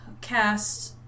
cast